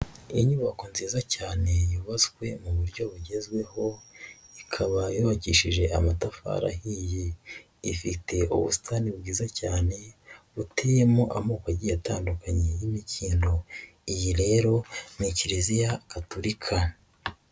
Inyubako nziza cyane yubatswe mu buryo bugezweho, ikaba yogesheje amatafari ahiye, ifite ubusitantani bwiza cyane, buteyemo amoko agiye atandukanye y'imikindo, iyi rero ni kiliziya Gatolika.